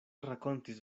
rakontis